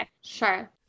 sure